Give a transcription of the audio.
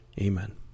Amen